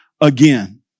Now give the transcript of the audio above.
again